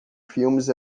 filmes